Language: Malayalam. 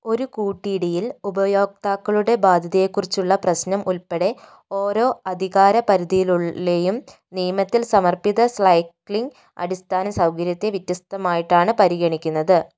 ഒരു കൂട്ടിയിടിയിൽ ഉപയോക്താക്കളുടെ ബാദ്ധ്യതയെക്കുറിച്ചുള്ള പ്രശ്നം ഉൾപ്പെടെ ഓരോ അധികാരപരിധിയുളിലെയും നിയമത്തിൽ സമർപ്പിത സ്ലൈക്ലിംഗ് അടിസ്ഥാന സൗകര്യത്തെ വ്യത്യസ്തമായിട്ടാണ് പരിഗണിക്കുന്നത്